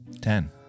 Ten